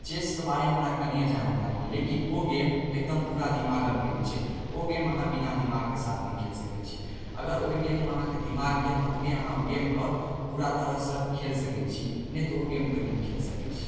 chess के बारेमे हमरा कनिए जानकारी यै लेकिन ओ गेम एकदम पूरा दिमागके गेम छै ओ गेम अहाँ बिना दिमागके साथ नै खेल सकै छी अगर ओय गेम मऽ अहाँके दिमाग यऽ तहने अहाँ ओ गेम कऽ पूरा तरह सऽ खेल सकै छी नै तऽ ओ गेम के नै खेल सकै छी